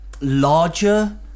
larger